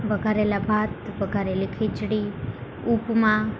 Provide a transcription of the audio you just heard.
વઘારેલા ભાત વધારેલી ખીચડી ઉપમા